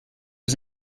was